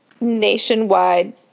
nationwide